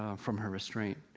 from her restraint.